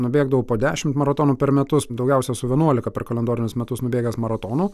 nubėgdavau po dešimt maratonų per metus daugiausia esu vienuolika per kalendorinius metus nubėgęs maratonų